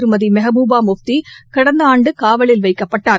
திருமதி மெக்பூபா முப்தி கடந்த ஆண்டு காவலில் வைக்கப்பட்டார்